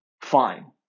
Fine